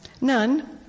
None